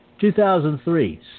2003